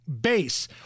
base